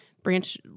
branch